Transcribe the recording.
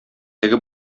теге